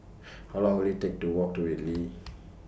How Long Will IT Take to Walk to Whitley